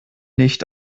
nicht